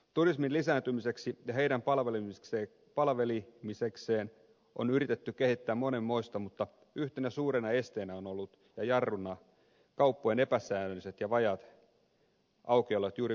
turismin lisääntymiseksi ja turistien palvelemiseksi on yritetty kehittää monenmoista mutta yhtenä suurena esteenä ja jarruna on ollut kauppojen epäsäännölliset ja vajaat aukiolot juuri viikonloppuisin